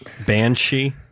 Banshee